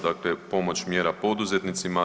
Dakle pomoć mjera poduzetnicima.